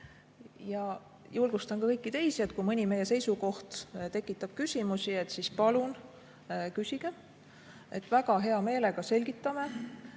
Julgustan ka kõiki teisi: kui mõni meie seisukoht tekitab küsimusi, siis palun küsige. Väga hea meelega selgitame.